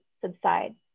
subside